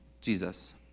Jesus